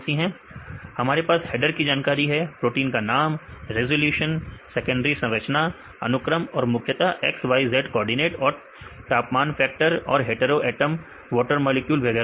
विद्यार्थी हेडर की जानकारी ठीक है हमारे पास हेडर की जानकारी है प्रोटीन का नाम रेजोल्यूशन सेकेंडरी संरचना अनुक्रम और मुख्यतः xyz कोऑर्डिनेट और तापमान फैक्टर और हेटेरो एटम वॉटर मॉलिक्यूल वगैरह